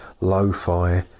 lo-fi